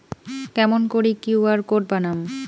কেমন করি QR code বানাম?